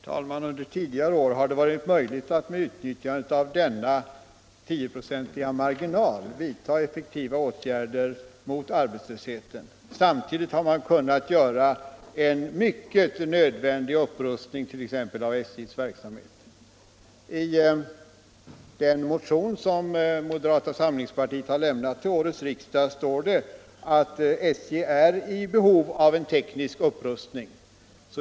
Herr talman! Under tidigare år har det varit möjligt att med utnyttjande av denna 10-procentiga marginal vidta effektiva åtgärder mot arbetslösheten. Samtidigt har man kunnat göra en mycket nödvändig upprustning t.ex. av SJ:s verksamhet. I den trafikpolitiska motion som moderata samlingspartiet väckt vid årets riksdag står det att SJ är i behov av en teknisk upprustning.